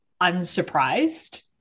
unsurprised